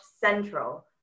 central